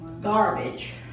garbage